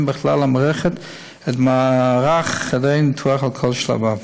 בכלל המערכת את מערך חדרי הניתוח על כל שלביו.